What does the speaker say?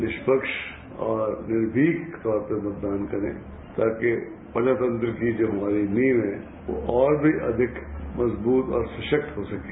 निष्पक्ष और निर्भीक तौर पर मतदान करें ताकि प्रजातंत्र की जो हमारी नींव है और भी अधिक मजबूत और सशक्त हो सकें